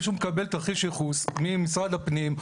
שהוא מקבל תרחיש ייחוס ממשרד הפנים,